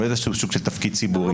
הוא איזשהו סוג של תפקיד ציבורי.